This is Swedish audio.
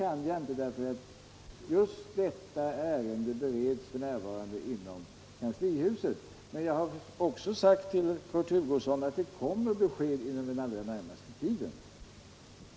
Anledningen är att just detta ärende f. n. bereds inom kanslihuset. Jag har också sagt till Kurt Hugosson att det kommer besked inom den allra närmaste tiden.